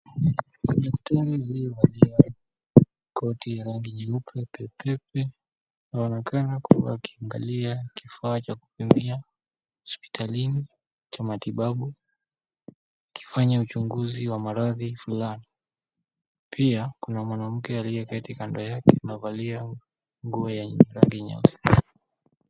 Mtu aliyevalia koti ya rangi nyeusi pepepe. Anaonekana kuwa akiangalia kifaa cha kupimia hospitalini, cha matibabu. Akifanya uchunguzi wa maradhi fulani. Pia kuna mwanamke aliyeketi kando yake, mavalia nguo ya rangi nyeusi.